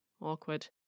awkward